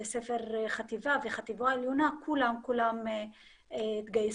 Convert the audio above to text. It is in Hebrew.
חטיבה וחטיבה עליונה, כולם כולם התגייסו.